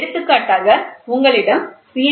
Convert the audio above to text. எடுத்துக்காட்டாக உங்களிடம் சி